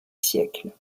siècles